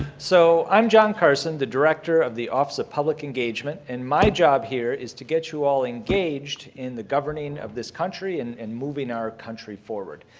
so i'm jon carson, the director of the office of public engagement, and my job here is to get you all engaged in the governing of this country and and moving our country forward.